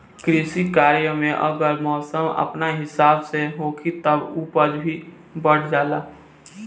कृषि कार्य में अगर मौसम अपना हिसाब से होखी तब उपज भी बढ़ जाला